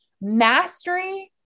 mastery